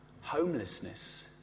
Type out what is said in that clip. Homelessness